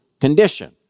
condition